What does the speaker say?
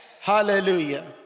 Hallelujah